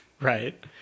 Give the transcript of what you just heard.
Right